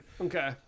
Okay